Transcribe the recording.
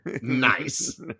Nice